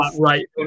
Right